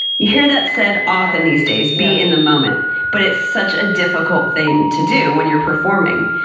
you hear that said often these days, be in the moment but it's such a difficult thing to do when you're performing.